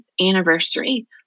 anniversary